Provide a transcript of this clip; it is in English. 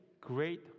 great